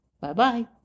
Bye-bye